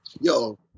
Yo